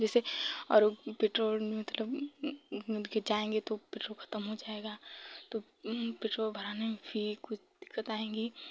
जैसे और पेट्रोल में मतलब मिलकर जाएँगे तो पेट्रोल खत्म हो जाएगा तो पेट्रोल भराने में भी कुछ दिक्कत आएगी